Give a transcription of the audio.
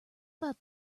about